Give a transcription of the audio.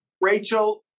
Rachel